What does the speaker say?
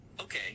Okay